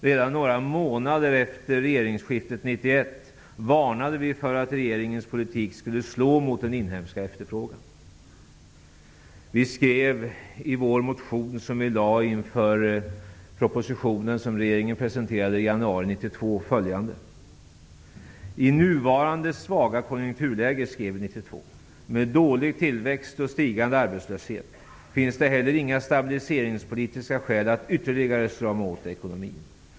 Redan några månader efter regeringsskiftet 1991 varnade vi för att regeringens politik skulle slå mot den inhemska efterfrågan. I samband med propositionen som regeringen avlämnade i januari 1992 skrev vi följande i vår motion: ''I nuvarande svaga konjunkturläge, med dålig tillväxt och stigande arbetslöshet, finns det heller inga stabiliseringspolitiska skäl att ytterligare strama åt ekonomin.